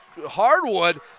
hardwood